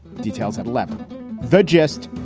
details have left the gist.